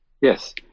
Yes